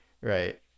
Right